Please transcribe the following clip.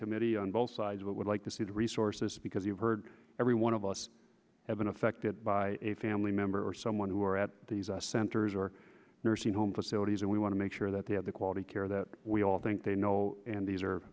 committee on both sides of it would like to see the resources because you've heard every one of us have been affected by a family member or someone who are at these centers or nursing home facilities and we want to make sure that they have the quality care that we all think they know and these are